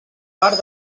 part